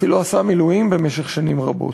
אפילו עשה מילואים במשך שנים רבות.